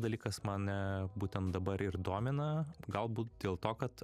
dalykas mane būtent dabar ir domina galbūt dėl to kad